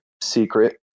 secret